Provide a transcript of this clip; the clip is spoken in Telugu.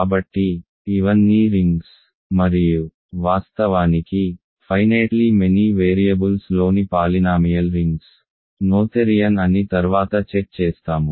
కాబట్టి ఇవన్నీ రింగ్స్ మరియు వాస్తవానికి ఫైనేట్లీ మెనీ వేరియబుల్స్లోని పాలినామియల్ రింగ్స్ నోథెరియన్ అని తర్వాత చెక్ చేస్తాము